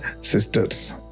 sisters